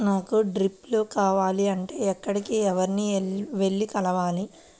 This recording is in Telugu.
నాకు డ్రిప్లు కావాలి అంటే ఎక్కడికి, ఎవరిని వెళ్లి కలవాలి?